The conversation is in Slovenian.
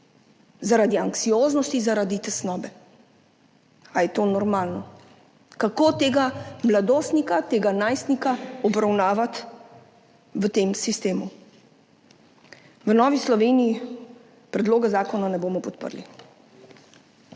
zaradi anksioznosti, zaradi tesnobe. Ali je to normalno? Kako tega mladostnika, tega najstnika obravnavati v tem sistemu? V Novi Sloveniji predloga zakona ne bomo podprli.